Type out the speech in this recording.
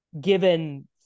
given